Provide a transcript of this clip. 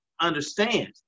understand